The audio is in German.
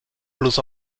bloß